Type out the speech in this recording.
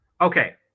Okay